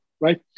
right